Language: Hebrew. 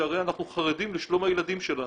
שהרי אנחנו חרדים לשלום הילדים שלנו.